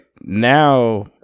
Now